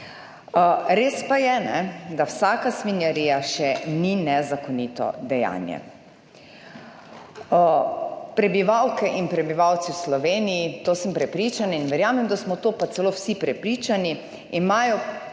Res pa je, da vsaka svinjarija še ni nezakonito dejanje. Prebivalke in prebivalci v Sloveniji, to sem prepričana in verjamem, da smo, to pa celo vsi prepričani, imajo